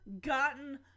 gotten